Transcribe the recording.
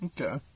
Okay